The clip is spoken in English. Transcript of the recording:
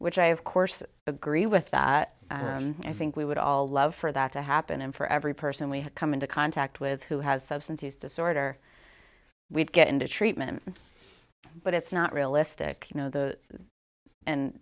which i of course agree with that i think we would all love for that to happen and for every person we come into contact with who has substance use disorder we'd get into treatment but it's not realistic you know the and